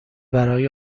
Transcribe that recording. برای